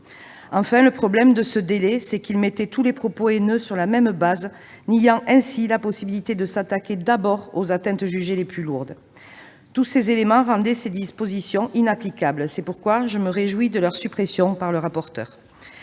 problème soulevé par ce délai, enfin, est qu'il mettait tous les propos haineux au même niveau, empêchant ainsi toute possibilité de s'attaquer, d'abord, aux atteintes jugées les plus lourdes. Tous ces éléments rendaient cette disposition inapplicable. C'est pourquoi je me réjouis de sa suppression par le rapporteur.